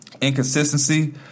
Inconsistency